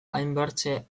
hainbertze